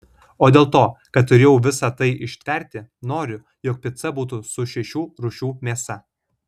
o dėl to kad turėjau visa tai ištverti noriu jog pica būtų su šešių rūšių mėsa